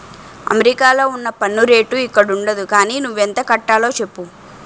అమెరికాలో ఉన్న పన్ను రేటు ఇక్కడుండదు గానీ నువ్వెంత కట్టాలో చెప్పు